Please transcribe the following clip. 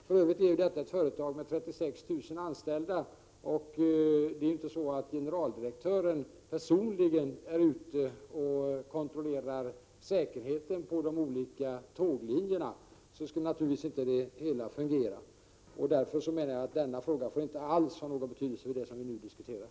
För övrigt är SJ ett företag med 36 000 anställda, och generaldirektören är ju inte personligen ute och kontrollerar säkerheten på de olika tåglinjerna. Det skulle naturligtvis inte fungera. Därför menar jag att denna fråga inte alls har någon betydelse för det vi nu diskuterar.